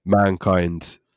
mankind